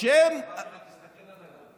אמרתי לך, תסתכל עליי קודם.